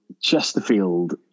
Chesterfield